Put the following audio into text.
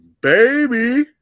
Baby